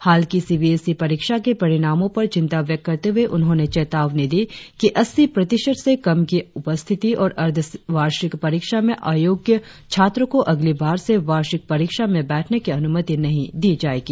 हाल की C B S E परीक्षा के परिणामो पर चिन्ता व्यक्त करते हुए उन्होंने चेतावनी दी कि अस्सी प्रतिशत से कम की उपस्थिति और अर्ध वार्षिक परीक्षा में अयोग्य छात्रो को अगली बार से वार्षिक परिक्षा में बैठने की अनुमति नही दी जाएगी